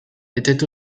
était